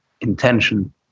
intention